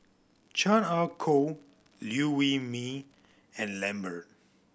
Chan Ah Kow Liew Wee Mee and Lambert